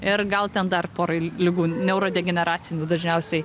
ir gal ten dar porai ligų neurodegeneracinių dažniausiai